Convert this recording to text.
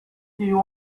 you